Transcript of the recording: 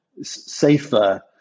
safer